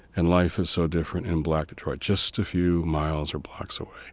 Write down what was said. and life is so different in black detroit, just a few miles or blocks away?